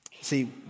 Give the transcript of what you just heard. See